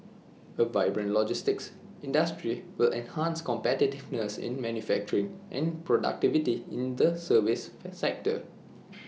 A vibrant logistics industry will enhance competitiveness in manufacturing and productivity in the service sector